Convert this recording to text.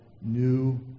new